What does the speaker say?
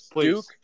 Duke